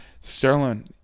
Sterling